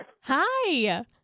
hi